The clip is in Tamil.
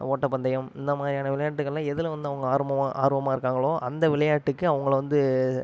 ஓட்டப்பந்தயம் இந்தமாதிரியான விளையாட்டுகள்ல எதில் வந்து அவங்க ஆர்வமா ஆர்வமாக இருக்காங்களோ அந்த விளையாட்டுக்கு அவங்கள வந்து